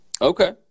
Okay